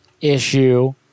issue